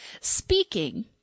Speaking